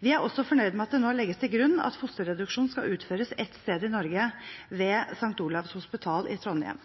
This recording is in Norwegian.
Vi er også fornøyd med at det nå legges til grunn at fosterreduksjon skal utføres ett sted i Norge, ved St. Olavs hospital i Trondheim.